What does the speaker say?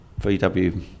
VW